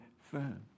firm